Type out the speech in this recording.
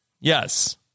Yes